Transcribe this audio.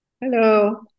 hello